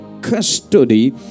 custody